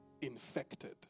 infected